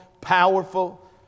powerful